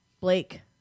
Blake